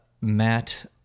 Matt